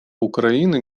украины